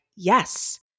Yes